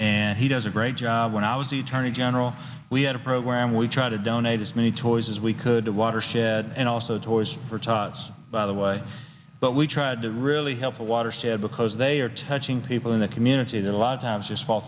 and he does a great job when i was the turning general we had a program we try to donate as many toys as we could a watershed and also toys for tots by the way but we tried to really help a watershed because they are touching people in the community that a lot of times just fall